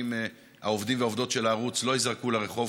העובדים והעובדות של הערוץ לא ייזרקו לרחוב,